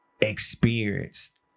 experienced